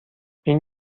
این